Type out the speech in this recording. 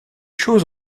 choses